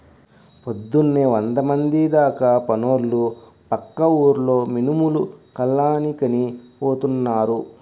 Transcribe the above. పొద్దున్నే వందమంది దాకా పనోళ్ళు పక్క ఊర్లో మినుములు కల్లానికని పోతున్నారు